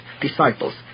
disciples